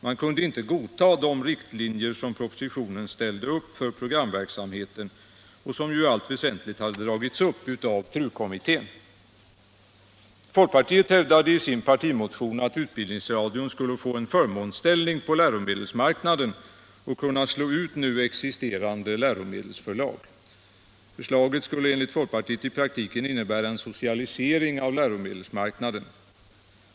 Man kunde inte godta de riktlinjer som propositionen ställde upp för programverksamheten, och som i allt väsentligt dragits upp av TRU-kommittén. Folkpartiet hävdade i sin partimotion att Utbildningsradion skulle få en förmånsställning på läromedelsmarknaden och kunna slå ut nu existerande läromedelsförlag. Förslaget skulle enligt folkpartiet i praktiken innebära en socialisering av läromedelsmarknaden.